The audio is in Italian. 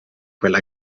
quella